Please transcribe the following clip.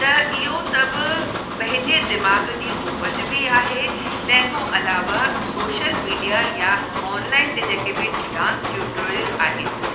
त इहो सभु पंहिंजे दिमाग़ जी उपज बि आहे तंहिंखां अलावा सोशल मीडिया या ऑनलाइन ते जेके बि डांस ट्यूटोरियल आहिनि